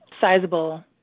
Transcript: sizable